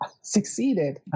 Succeeded